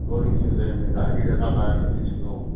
चोरियूं थियूं थिएनि गाॾी नथा ॿाहिरि रखी सघूं